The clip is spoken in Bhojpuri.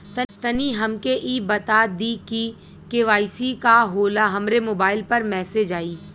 तनि हमके इ बता दीं की के.वाइ.सी का होला हमरे मोबाइल पर मैसेज आई?